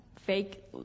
fake